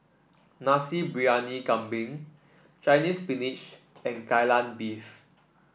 Nasi Briyani Kambing Chinese Spinach and Kai Lan Beef